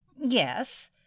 Yes